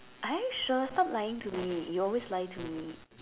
are you sure stop lying to me you always lie to me